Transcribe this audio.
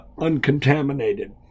uncontaminated